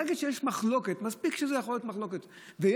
ברגע שיש מחלוקת, ומספיק